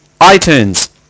iTunes